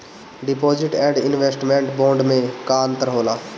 Deposit and investment bond मे का अंतर होला?